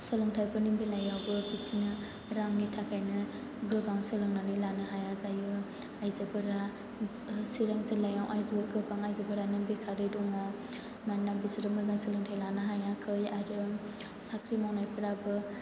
सोलोंथायफोरनि बेलायावबो बिदिनो रांनि थाखायनो गोबां सोलोंनानै लानो हाया जायो आयजोफोरा चिरां जिल्लायाव गोबां आयजोफोरानो बेखारै दङ मानोना बिसोरो मोजां सोलोंथाय लानो हायाखै आरो साख्रि मावनायफोराबो